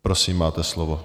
Prosím, máte slovo.